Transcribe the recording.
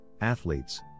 athletes